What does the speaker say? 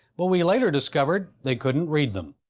but we later discovered they couldn't read them.